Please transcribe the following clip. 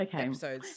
okay